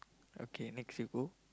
okay next you go